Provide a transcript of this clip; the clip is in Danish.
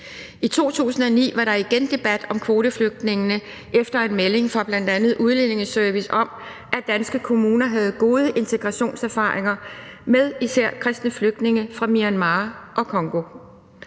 I 2009 var der igen debat om kvoteflygtningene efter en melding fra bl.a. Udlændingeservice om, at danske kommuner havde gode integrationserfaringer med især kristne flygtninge fra Myanmar og Congo.